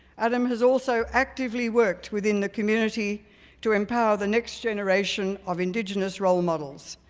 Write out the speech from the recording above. adam has also actively worked within the community to empower the next generation of indigenous role models,